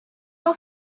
all